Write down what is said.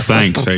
Thanks